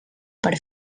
per